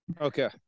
okay